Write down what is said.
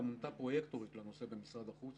גם הייתה פרויקטורית לנושא הזה במשרד החוץ,